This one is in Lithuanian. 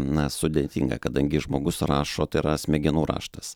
na sudėtinga kadangi žmogus rašo tai yra smegenų raštas